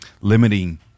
limiting